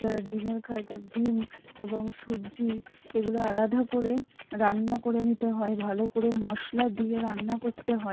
যারা ডিমের খায় তারা ডিম এবং সবজি এগুলো আলাদা করে রান্না করে নিতে হয় ভালো করে মশলা দিয়ে রান্না করতে হয়